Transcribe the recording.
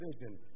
vision